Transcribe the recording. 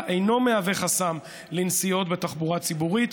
אינו מהווה חסם לנסיעות בתחבורה ציבורית,